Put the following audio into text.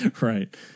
right